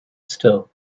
still